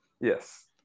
Yes